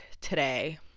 today